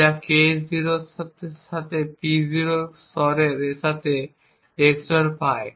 যা K0 এর সাথে P0 XOR এর সাথে XOR পায়